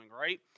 right